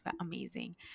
amazing